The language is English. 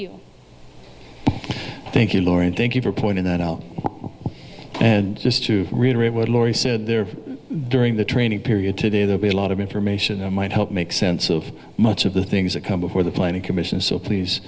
you thank you laura and thank you for pointing that out and just to reiterate what laurie said there during the training period today there be a lot of information that might help make sense of much of the things that come before the planning commission so please